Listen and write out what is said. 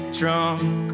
drunk